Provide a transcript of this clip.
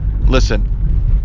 Listen